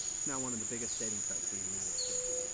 it's now one of the biggest dating sites in the united states.